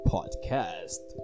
Podcast